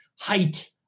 height